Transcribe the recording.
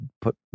put